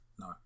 no